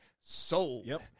sold